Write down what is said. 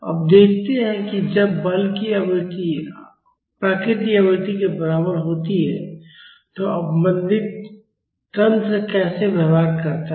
अब देखते हैं कि जब बल की आवृत्ति प्राकृतिक आवृत्ति के बराबर होती है तो अवमंदित तंत्र कैसे व्यवहार करता है